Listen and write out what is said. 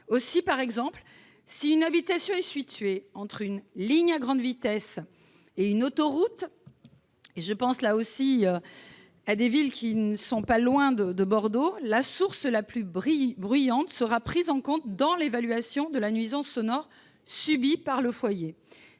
Par exemple, si une habitation est située entre une ligne à grande vitesse et une autoroute- je pense une fois encore à des villes situées à proximité de Bordeaux -, la source la plus bruyante sera prise en compte dans l'évaluation de la nuisance sonore subie par le foyer.